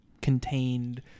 contained